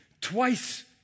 twice